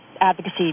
advocacy